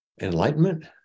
Enlightenment